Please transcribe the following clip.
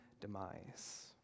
demise